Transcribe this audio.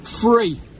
free